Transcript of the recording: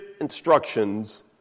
instructions